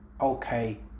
okay